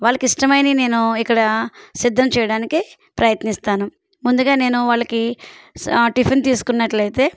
వాళ్ళకి ఇష్టమైనవి నేను ఇక్కడ సిద్ధం చేయడానికి ప్రయత్నిస్తాను ముందుగా నేను వాళ్ళకి టిఫిన్ తీసుకున్నట్లయితే